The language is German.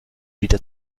wieder